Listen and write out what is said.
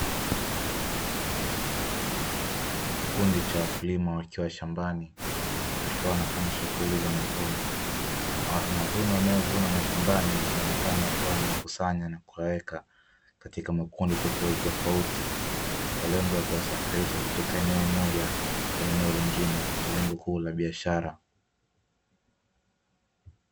Kikundi cha wakulima wakiwa shambani wakiwa wanafanya shughuli za mavuno, mavuno wanayovuna mashambani ikionekana kuwa yanakusanywa na kuyaweka katika makundi tofautitofauti kwa lengo la kuyasafirisha kutoka eneo moja kwenda eneo lingine kwa lengo kuu la biashara.